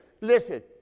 Listen